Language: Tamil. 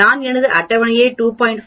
நான் எனது அட்டவணை 2